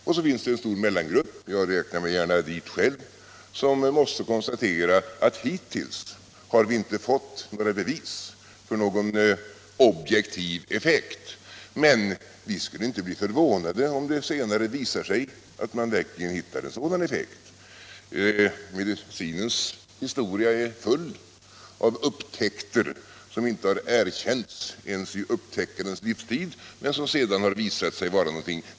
Och så finns det en stor mellangrupp — jag räknar mig gärna dit själv — som måste konstatera att vi hittills inte fått några objektiva bevis för en effekt, men vi skulle inte bli förvånade om det senare visar sig att man verkligen hittar en sådan effekt. Medicinens historia är full av upptäckter som inte har erkänts ens under upptäckarens livstid men som sedan har visat sig vara värdefulla.